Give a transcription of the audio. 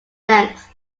length